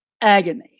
agony